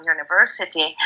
University